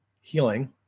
healing